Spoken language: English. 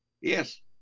Yes